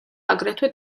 აგრეთვე